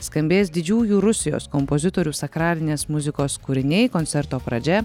skambės didžiųjų rusijos kompozitorių sakralinės muzikos kūriniai koncerto pradžia